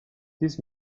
this